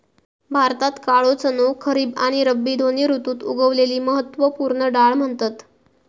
भारतात काळो चणो खरीब आणि रब्बी दोन्ही ऋतुत उगवलेली महत्त्व पूर्ण डाळ म्हणतत